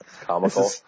Comical